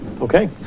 Okay